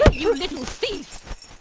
you little thief!